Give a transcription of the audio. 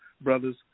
brothers